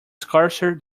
scarcer